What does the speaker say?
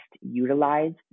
utilized